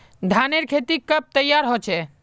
धानेर खेती कब तैयार होचे?